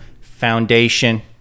Foundation